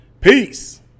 Peace